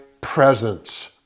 presence